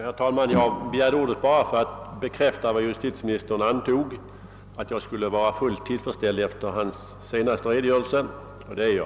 Herr talman! Jag begärde ordet bara för att bekräfta vad justitieministern antog, nämligen att jag skulle vara fullt tillfredsställd efter hans senaste anförande. Det är jag.